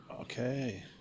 Okay